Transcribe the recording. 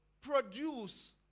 produce